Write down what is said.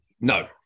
No